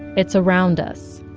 it's around us.